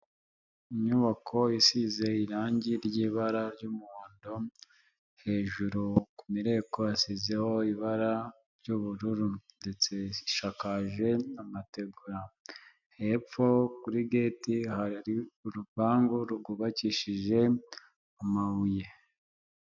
Inyubako isize irangi ry'ibara ry'umuhondo, hejuru ku mireko hasizeho ibara ry'ubururu ndetse ishakaje amategura, hepfo kuri geti hari urupangu rwubakishije amabuye.